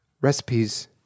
Recipes